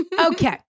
Okay